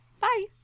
Bye